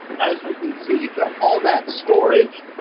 as you can see you've got all that storage,